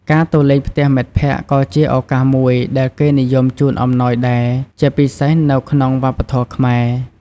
ការទៅលេងផ្ទះមិត្តភក្តិក៏ជាឱកាសមួយដែលគេនិយមជូនអំណោយដែរ ជាពិសេសនៅក្នុងវប្បធម៌ខ្មែរ។